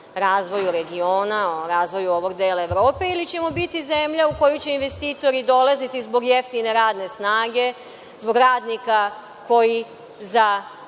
razvoju regiona, o razvoju ovog dela Evrope, ili ćemo biti zemlja u koju će investitori dolaziti zbog jeftine radne snage, zbog radnika koji za